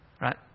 Right